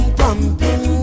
pumping